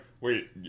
wait